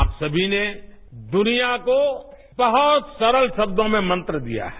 आप सभी ने दनिया को बहत सरल शब्दों में मंत्र दिया है